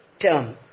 term